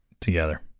together